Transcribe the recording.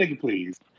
Please